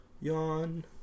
Yawn